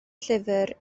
llyfr